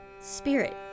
spirit